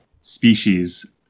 species